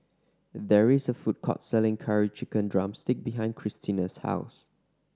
there is a food court selling Curry Chicken drumstick behind Christina's house